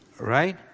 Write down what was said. Right